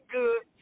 good